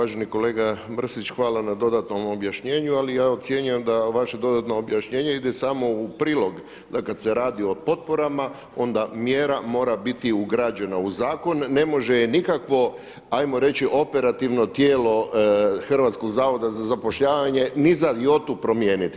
Uvaženi kolega Mrsić hvala na dodatnom objašnjenju, ali ja ocjenjujem da vaše dodatno objašnjenje ide samo u prilog da kad se radi o potporama onda mjera mora biti ugrađena u zakon, ne može je nikakvo ajmo reći operativno tijelo Hrvatskog zavoda za zapošljavanje ni za jotu promijeniti.